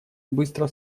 быстро